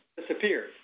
disappeared